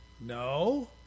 No